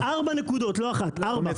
יש ארבע נקודות, לא אחת, ארבע.